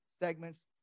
segments